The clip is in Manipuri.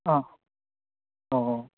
ꯑꯥ ꯑꯣ